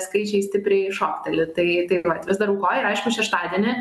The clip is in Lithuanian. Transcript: skaičiai stipriai šokteli tai tai vat vis dar aukoja ir aišku šeštadienį